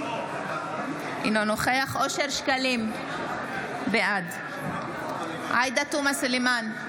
אינו נוכח אושר שקלים, בעד עאידה תומא סלימאן,